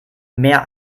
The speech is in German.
mehr